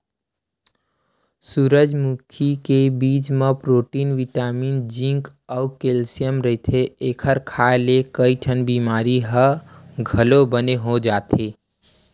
सूरजमुखी के बीजा म प्रोटीन बिटामिन जिंक अउ केल्सियम रहिथे, एखर खांए ले कइठन बिमारी ह घलो बने हो जाथे